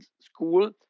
school